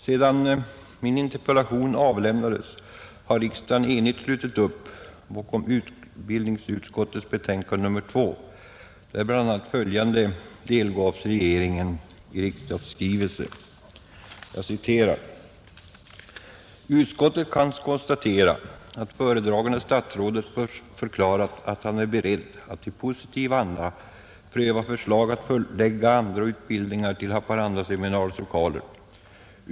Sedan min interpellation framställdes har riksdagen enigt slutit upp bakom utbildningsutskottets betänkande nr 2 där bl.a. följande delgavs regeringen: ”Utskottet kan konstatera att föredragande statsrådet förklarat att han är beredd att i positiv anda pröva förslag att förlägga andra utbildningar till Haparandaseminariets lokaler.